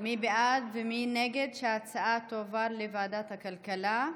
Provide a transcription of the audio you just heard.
מי בעד ומי נגד שההצעה תועבר לוועדת הכלכלה?